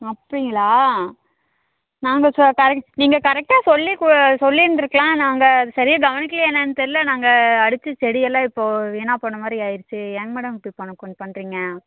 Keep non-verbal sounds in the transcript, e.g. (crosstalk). அப்படிங்களா நாங்கள் சோ கரைக் நீங்கள் கரெக்டாக சொல்லிக் கு சொல்லியிருந்துருக்கலாம் நாங்கள் அது சரியாக கவனிக்கிலையா என்னான்னு தெரில நாங்கள் அடித்த செடியெல்லாம் இப்போது வீணாக போன மாதிரி ஆயிடுச்சு ஏங்க மேடம் இப்படி (unintelligible) பண்ணுறிங்க